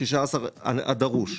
16 מיליון שקלים הדרוש.